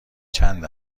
چند